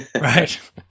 Right